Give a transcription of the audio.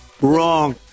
Wrong